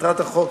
מטרת החוק,